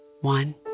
one